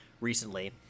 recently